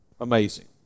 Amazing